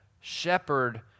shepherd